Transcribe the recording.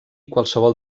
qualsevol